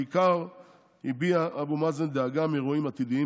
בעיקר הביע אבו מאזן דאגה מאירועים עתידיים